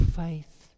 faith